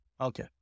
Okay